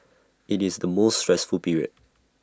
IT is the most stressful period